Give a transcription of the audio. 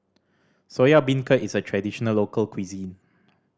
Soya Beancurd is a traditional local cuisine